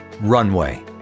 Runway